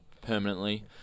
permanently